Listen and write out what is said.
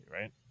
right